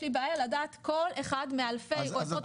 שיש לי בעיה לדעת כל אחד מאלפי או עשרות אלפי